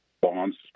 Bonds